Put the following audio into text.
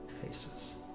faces